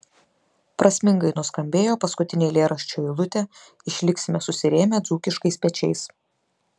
prasmingai nuskambėjo paskutinė eilėraščio eilutė išliksime susirėmę dzūkiškais pečiais